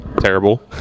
Terrible